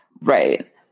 Right